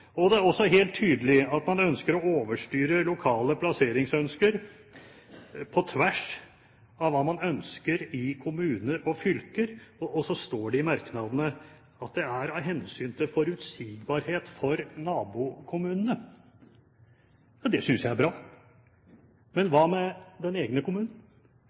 – og kanskje også i regjeringsapparatet. Jeg er ikke så sikker på at det er slik. Det er helt tydelig at man ønsker å overstyre lokale plasseringsønsker, på tvers av hva man ønsker i kommuner og fylker. Så står det i merknadene at det er av hensyn til «forutsigbarhet for nabokommuner». Det synes jeg er bra, men